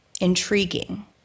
intriguing